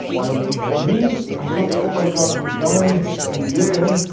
and me i thought, oh my god, the guy in there,